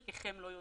חלקכם לא יודעים.